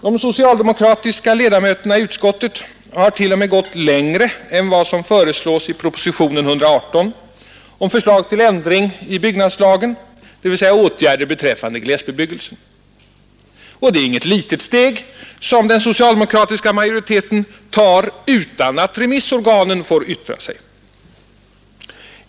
De socialdemokratiska ledamöterna i utskottet har t.o.m. gått längre än vad som föreslås i propositionen 118 om förslag till ändring i byggnadslagen när det gäller glesbebyggelse. Och det är inget litet steg som den socialdemokratiska majoriteten tar utan att remissorganen får yttra sig.